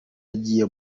yagiye